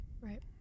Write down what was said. Right